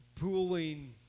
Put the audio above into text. pooling